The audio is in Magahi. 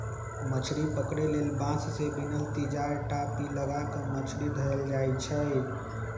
मछरी पकरे लेल बांस से बिनल तिजार, टापि, लगा क मछरी धयले जाइ छइ